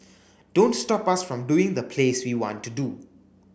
don't stop us from doing the plays we want to do